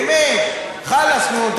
באמת, חלאס, נו.